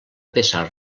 peça